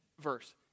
verse